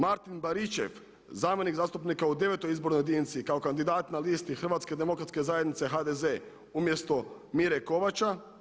Pod 6. Martin Baričev zamjenik zastupnika u 9. izbornoj jedinici kao kandidat na listi Hrvatske demokratske zajednice HDZ umjesto Mire Kovača.